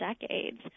decades